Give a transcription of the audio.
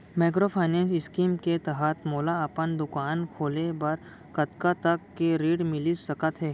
Microfinance scheme के तहत मोला अपन दुकान खोले बर कतना तक के ऋण मिलिस सकत हे?